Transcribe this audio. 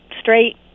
straight